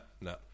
no